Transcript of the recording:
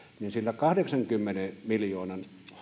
niin sillä kahdeksankymmenen miljoonan